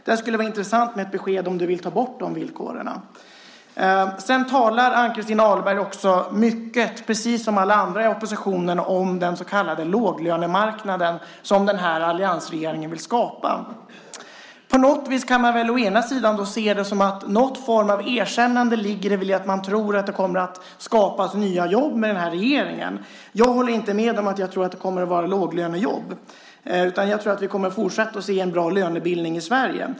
Det skulle vara intressant att få besked om du vill ta bort de villkoren. Ann-Christin Ahlberg talar mycket om den så kallade låglönemarknaden som man säger att alliansregeringen vill skapa. I detta ligger väl en form av erkännande av att det kommer att skapas nya jobb med den här regeringen. Jag tror inte att det kommer att vara låglönejobb. Jag tror att vi kommer att fortsätta se en bra lönebildning i Sverige.